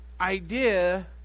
idea